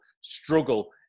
struggle